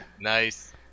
Nice